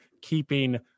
keeping